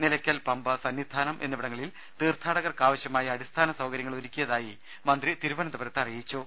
നിലയ്ക്കൽ പമ്പ സന്നിധാനം എന്നിവിടങ്ങളിൽ തീർത്ഥാടകർക്കാവശ്യമായ അടിസ്ഥാന സൌകര്യങ്ങൾ ഒരുക്കിയതായും മന്ത്രി തിരുവനന്ത പുരത്ത് അറിയിച്ചു